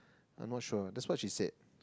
I'm not sure that's what she said